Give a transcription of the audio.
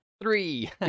Three